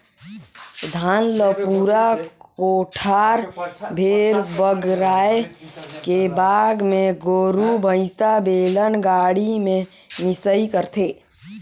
धान ल पूरा कोठार भेर बगराए के बाद मे गोरु भईसा, बेलन गाड़ी में मिंसई करथे